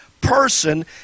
person